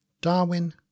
Darwin